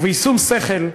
ובשום שכל,